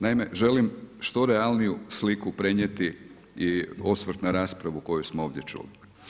Naime, želim što realniju sliku prenijeti i osvrt na raspravu koju smo ovdje čuli.